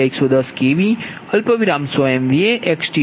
u અને T211110 kV100MVA xT20